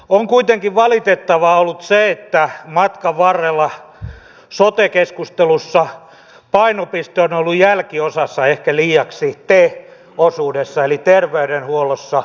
on kuitenkin valitettavaa ollut se että matkan varrella sote keskustelussa painopiste on ollut jälkiosassa ehkä liiaksi te osuudessa eli terveydenhuollossa